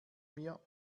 mir